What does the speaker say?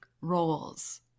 roles